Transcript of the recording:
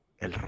El